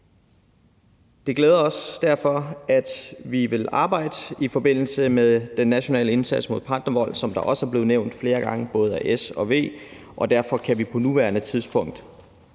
Det glæder os derfor, at vi vil arbejde med det i forbindelse med den nationale indsats mod partnervold, som er blevet nævnt flere gange af både S og V, og vi kan derfor på nuværende tidspunkt